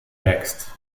wächst